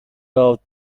out